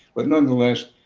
but nonetheless,